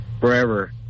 forever